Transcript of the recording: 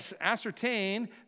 ascertain